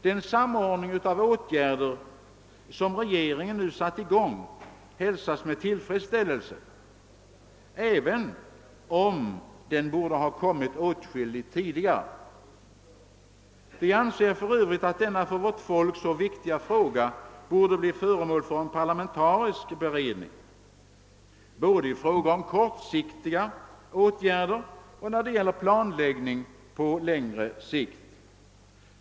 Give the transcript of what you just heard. Den samordning av åtgärder som regeringen nu satt i gång hälsas med tillfredsställelse, även om den borde ha kommit åtskilligt tidigare. Vi anser för övrigt att denna för vårt folk så viktiga fråga borde bli föremål för en parlamentarisk beredning både i fråga om kortsiktiga åtgärder och när det gäller planläggning på längre sikt.